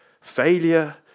failure